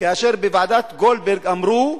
כאשר בוועדת-גולדברג אמרו: